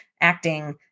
acting